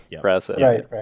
process